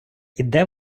іде